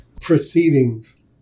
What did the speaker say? proceedings